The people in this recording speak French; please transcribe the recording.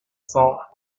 cents